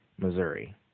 Missouri